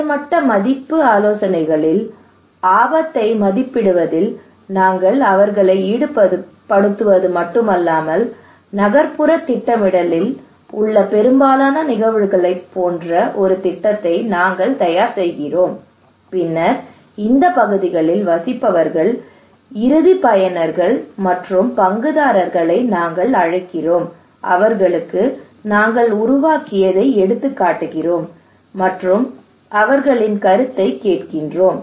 உயர் மட்ட மதிப்பு ஆலோசனைகளில் ஆபத்தை மதிப்பிடுவதில் நாங்கள் அவர்களை ஈடுபடுத்துவது மட்டுமல்லாமல் நகர்ப்புற திட்டமிடலில் உள்ள பெரும்பாலான நிகழ்வுகளைப் போன்ற ஒரு திட்டத்தை நாங்கள் தயார் செய்கிறோம் பின்னர் இந்த பகுதிகளில் வசிப்பவர்கள் இறுதி பயனர்கள் மற்றும் பங்குதாரர்களை நாங்கள் அழைக்கிறோம் அவர்களுக்கு நாங்கள் உருவாக்கியதை எடுத்துக் காட்டுகிறோம் மற்றும் அவர்களின் கருத்தை கேட்கிறோம்